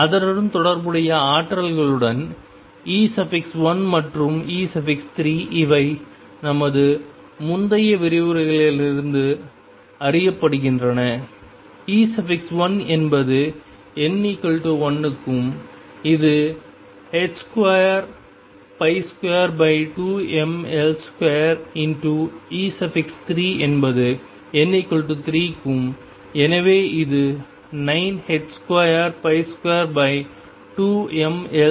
அதனுடன் தொடர்புடைய ஆற்றல்களுடன் E1 மற்றும் E3 இவை நமது முந்தைய விரிவுரைகளிலிருந்து அறியப்படுகின்றன E1 என்பது n1 க்கும் இது 222mL2 E3 என்பது n3க்கும் எனவே இது 9222mL2 ஆகும்